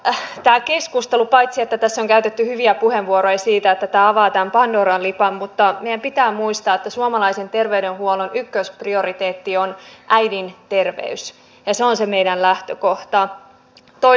tässä keskustelussa paitsi että tässä on käytetty hyviä puheenvuoroja siitä että tämä avaa tämän pandoran lippaan meidän pitää muistaa että suomalaisen terveydenhuollon ykkösprioriteetti on äidin terveys ja se on se meidän lähtökohtamme